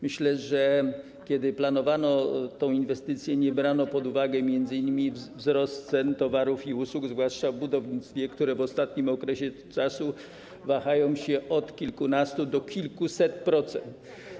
Myślę, że kiedy planowano tę inwestycję, nie brano pod uwagę m.in. wzrostu cen towarów i usług, zwłaszcza w budownictwie, który w ostatnim okresie wynosi od kilkunastu do kilkuset procent.